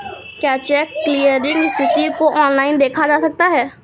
क्या cheque clearing स्थिति को ऑनलाइन देखा जा सकता है?